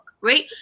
right